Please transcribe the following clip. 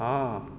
ହଁ